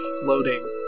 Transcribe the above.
floating